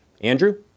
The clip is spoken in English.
Andrew